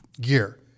gear